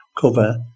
cover